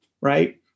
Right